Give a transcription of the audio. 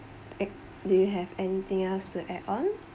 and do you have anything else to add on